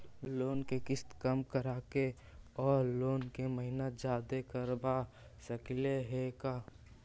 Loan के किस्त कम कराके औ लोन के महिना जादे करबा सकली हे का?